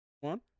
One